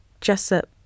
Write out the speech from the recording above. Jessup